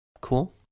cool